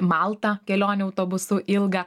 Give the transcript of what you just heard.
maltą kelionę autobusu ilgą